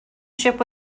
ship